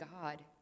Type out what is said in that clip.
God